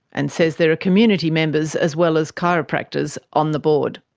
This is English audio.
and says there are community members as well as chiropractors on the board.